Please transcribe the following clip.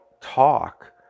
talk